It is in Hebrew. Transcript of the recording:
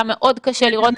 היה מאוד קשה לראות את זה,